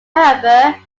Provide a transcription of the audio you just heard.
however